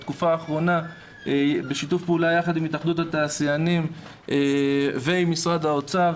בתקופה האחרונה בשיתוף פעולה יחד עם התאחדות התעשיינים ועם משרד האוצר